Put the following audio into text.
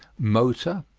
motor,